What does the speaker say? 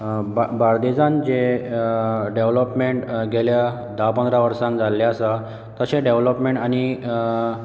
बार्देजांत जे डेवेल्पमेंट गेल्ल्या धा पंदरा वर्सांनीं जाल्लें आसा तशें डेवेल्पमेंट आनी